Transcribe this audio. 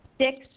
six